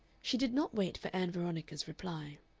she did not wait for ann veronica's reply.